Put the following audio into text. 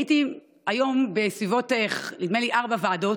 הייתי היום בכארבע ועדות,